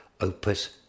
opus